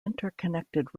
interconnected